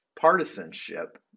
partisanship